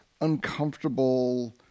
uncomfortable